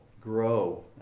grow